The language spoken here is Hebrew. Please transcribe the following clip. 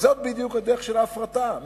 וזאת בדיוק הדרך של ההפרטה.